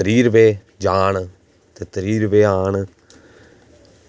त्रीह् रपेऽ जान ते त्रीह् रपेऽ आन